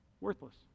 worthless